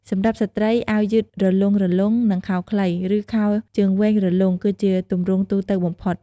សម្រាប់ស្ត្រី អាវយឺតរលុងៗ និងខោខ្លី ឬខោជើងវែងរលុង គឺជាទម្រង់ទូទៅបំផុត។